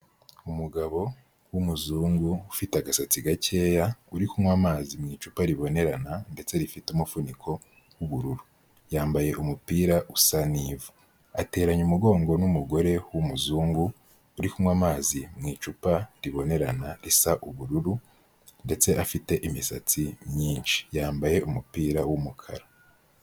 Umugabo w'umuzungu ufite agasatsi gakeya, uri kunywa amazi mu icupa ribonerana ndetse rifite umuvuniko w'ubururu. Yambaye umupira usa n'ivu, ateranye umugongo n'umugore w'umuzungu, uri kunywa amazi mu icupa ribonerana risa ubururu ndetse afite imisatsi myinshi. Yambaye umupira w'umukara.